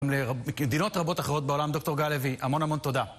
למדינות רבות אחרות בעולם, דוקטור גל לוי, המון המון תודה.